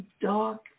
dark